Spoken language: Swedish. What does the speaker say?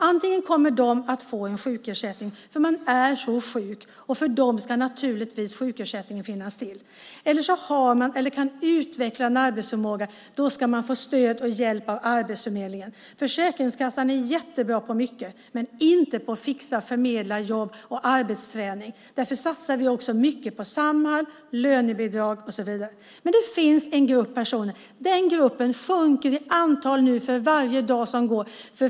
Antingen kommer de att få en sjukersättning eftersom de är så sjuka, och för dem ska naturligtvis sjukersättningen finnas till, eller så har de eller kan de utveckla en arbetsförmåga. Då ska de få stöd och hjälp av Arbetsförmedlingen. Försäkringskassan är jättebra på mycket men inte på att fixa och förmedla jobb och arbetsträning. Därför satsar vi mycket på jobb på Samhall, lönebidrag och så vidare. Det finns en grupp personer som nu sjunker i antal för varje dag som går.